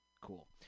cool